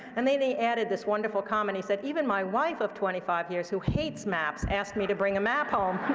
and then he added this wonderful comment, he said, even my wife of twenty five years, who hates maps, asked me to bring a map home.